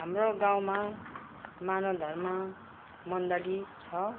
हाम्रो गाउँमा मानव धर्म मण्डली छ